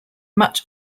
much